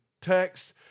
text